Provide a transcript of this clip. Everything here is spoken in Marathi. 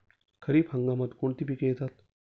खरीप हंगामात कोणती पिके येतात?